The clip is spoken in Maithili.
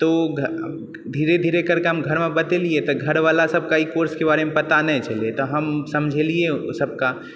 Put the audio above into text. तो धीरे धीरे करिकऽ हम घरमे बतेलियै तऽ घर वाला सबके ई कोर्सके बारेमे पता नहि छलै तऽ हम समझलियै ओ सभकै